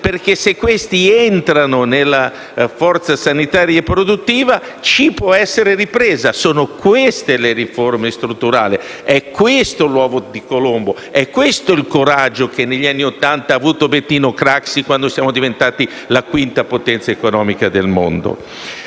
perché se questi entrano nelle forze sanitarie produttive ci può essere ripresa. Sono queste le riforme strutturali; è questo l'uovo di Colombo e il coraggio che negli anni Ottanta ha avuto Bettino Craxi quando siamo diventati la quinta potenza economica mondiale.